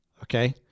okay